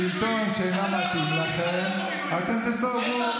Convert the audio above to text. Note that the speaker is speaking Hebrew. שלטון שאינו מתאים לכם, אתם תסרבו.